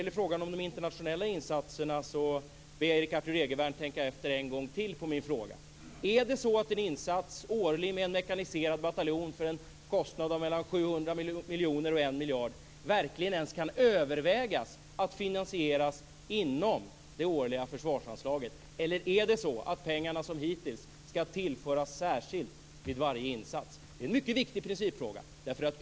Jag ber Erik Arthur Egervärn att tänka efter en gång till om min fråga om de internationella insatserna. Går det att överväga att finansiera en insats årligen med en mekaniserad bataljon till en kostnad på mellan 700 miljoner kronor och 1 miljard kronor inom det årliga försvarsanslaget? Ska pengarna, som hittills, tillföras särskilt vid varje insats? Det är en mycket viktig principfråga.